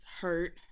hurt